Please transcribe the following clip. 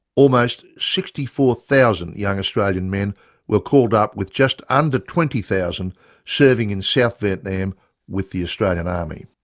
almost sixty four thousand young australian men were called up with just under twenty thousand serving in south vietnam with the australian army.